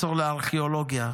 אוהד שרוף של קבוצת הכדורגל שלו,